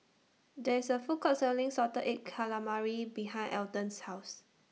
There IS A Food Court Selling Salted Egg Calamari behind Alton's House